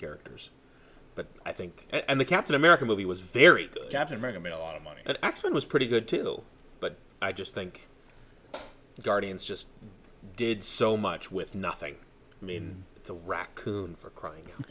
characters but i think and the captain america movie was very good captain america made a lot of money and that's what was pretty good too but i just think the guardians just did so much with nothing i mean it's a raccoon for crying out